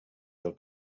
del